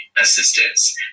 assistance